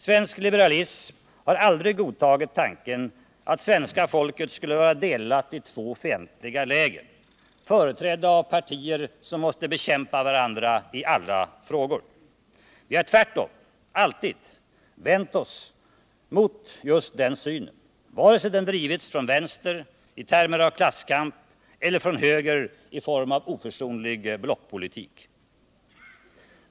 Svensk liberalism har aldrig godtagit tanken att svenska folket skulle vara delat i två fientliga läger, företrädda av partier som måste bekämpa varandra i alla frågor. Vi har tvärtom alltid vänt oss mot just den synen, vare sig den drivits från vänster i termer av klasskamp eller från höger i form av oförsonlig blockpolitik.